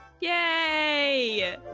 Yay